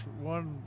one